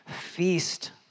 feast